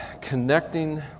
connecting